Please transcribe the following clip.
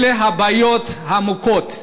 אלה הבעיות העמוקות.